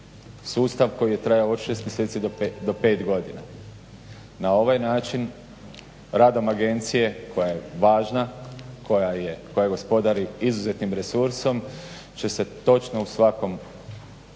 sustav koji je trajao od 6 mjeseci do 5 godina. Na ovaj način radom agencije koja je važna koja gospodari izuzetnim resursom će se točno u svakom koraku